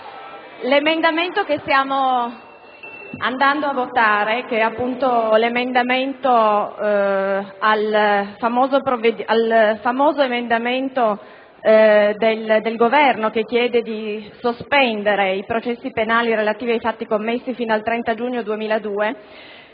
che il testo che stiamo per a votare, che è un emendamento al famoso emendamento del Governo che chiede di sospendere i processi penali relativi ai fatti commessi fino al 30 giugno 2002,